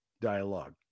dialogue